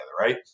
right